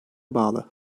bağlı